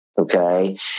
Okay